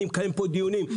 אני מקיים פה דיונים,